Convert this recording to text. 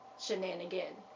shenanigan